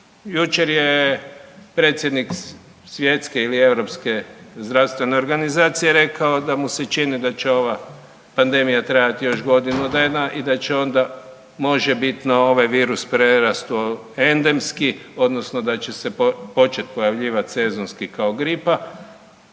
Jučer je predsjednik svjetske ili europske zdravstvene organizacije rekao da mu se čini da će ova pandemija trajati još godinu dana i da će onda možebitno ovaj virus prerasti u endemski odnosno da će se početi pojavljivat sezonski kao gripa,